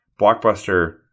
Blockbuster